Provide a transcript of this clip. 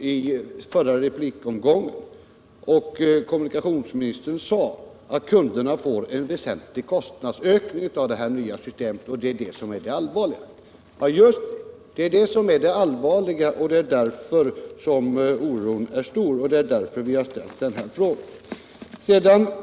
i den förra replikomgången. Kommunikationsministern sade att kunderna får en väsentlig kostnadsökning genom det nya systemet och att det är det allvarliga. Ja, just det: Det är det allvarliga. Det är därför oron är stor, och det är därför vi ställt frågan.